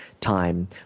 time